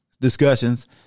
discussions